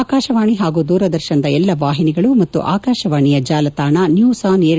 ಆಕಾಶವಾಣಿ ಹಾಗೂ ದೂರದರ್ಶನದ ಎಲ್ಲಾ ವಾಹಿನಿಗಳು ಮತ್ತು ಆಕಾಶವಾಣಿಯ ಜಾಲತಾಣ ನ್ಯೂಸ್ ಆನ್ ಏರ್